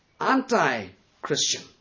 anti-Christian